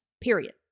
period